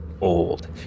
old